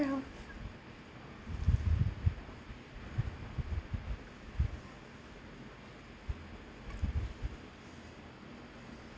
else